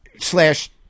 slash